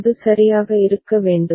அது சரியாக இருக்க வேண்டும்